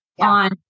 on